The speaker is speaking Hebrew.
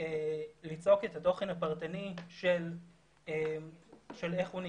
ליצוק את התוכן הפרטני של איך הוא ניגש,